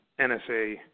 NSA